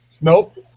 Nope